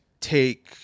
take